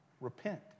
repent